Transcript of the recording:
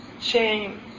shame